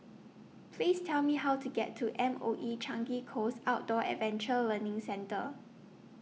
Please Tell Me How to get to M O E Changi Coast Outdoor Adventure Learning Centre